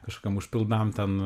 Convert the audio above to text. kažkokiem užpildam ten